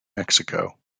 mexico